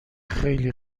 خیلی